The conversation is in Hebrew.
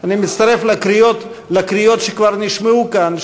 אני מצטרף לקריאות שכבר נשמעו כאן,